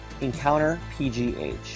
EncounterPGH